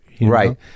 Right